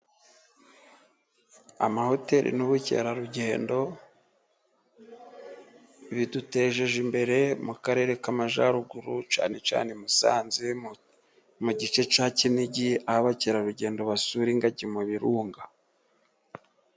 Amahoteri n'ubukerarugendo， bidutejeje imbere mu karere k'Amajyaruguru，cyane cyane Musanze mu gice cya Kinigi，aho abakerarugendo basura ingagi mu birunga.